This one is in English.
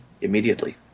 immediately